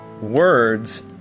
words